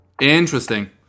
interesting